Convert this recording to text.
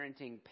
parenting